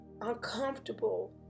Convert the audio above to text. uncomfortable